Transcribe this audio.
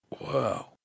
Wow